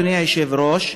אדוני היושב-ראש,